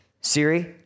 Siri